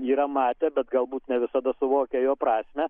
yra matę bet galbūt ne visada suvokia jo prasmę